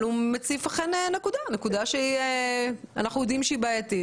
אליקו מציף נקודה שאנחנו יודעים שהיא בעייתית.